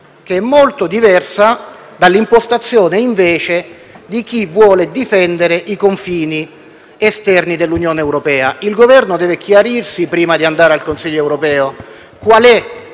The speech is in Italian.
che è molto diversa dall'impostazione di chi vuole difendere i confini esterni dell'Unione europea. Il Governo deve chiarirsi prima di andare al Consiglio europeo. Qual è